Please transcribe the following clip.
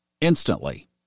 instantly